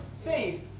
faith